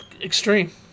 extreme